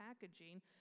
packaging